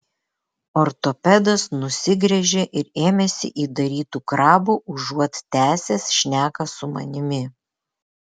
ortopedas nusigręžė ir ėmėsi įdarytų krabų užuot tęsęs šneką su manimi